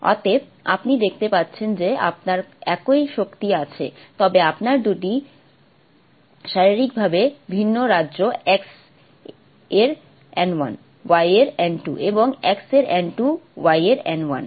অতএব আপনি দেখতে পাচ্ছেন যে আপনার একই শক্তি আছে তবে আপনার দুটি শারীরিকভাবে ভিন্ন রাজ্য X এর n1 Y এর n2 এবং X এর n 2 Y এর n 1